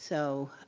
so.